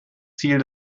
ziel